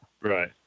right